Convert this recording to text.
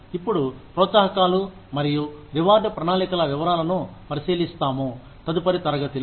ఇప్పుడు ప్రోత్సాహకాలు మరియు రివార్డ్ ప్రణాళికల వివరాలను పరిశీలిస్తాము తదుపరి తరగతిలో